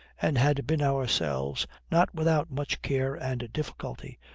and had been ourselves, not without much care and difficulty,